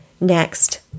Next